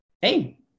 hey